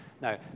Now